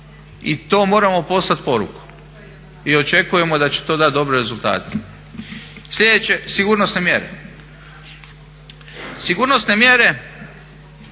i to moramo poslati poruku i očekujemo da će to dati dobre rezultate. Sljedeće, sigurnosne mjere. Sigurnosne mjere